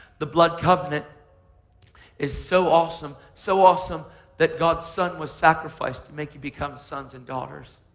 the blood covenant is so awesome, so awesome that god's son was sacrificed to make you become sons and daughters.